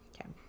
okay